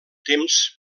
temps